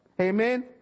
amen